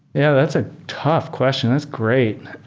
yeah, that's a tough question. that's great.